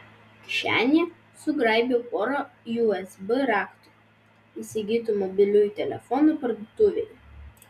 kišenėje sugraibiau porą usb raktų įsigytų mobiliųjų telefonų parduotuvėje